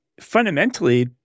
fundamentally